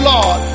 Lord